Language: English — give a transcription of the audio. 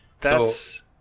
That's-